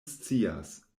scias